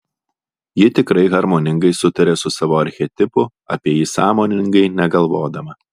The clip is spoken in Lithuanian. ji tikrai harmoningai sutaria su savo archetipu apie jį sąmoningai negalvodama